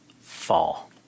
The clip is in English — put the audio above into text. fall